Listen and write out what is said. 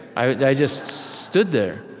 i just stood there.